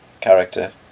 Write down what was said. character